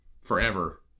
Forever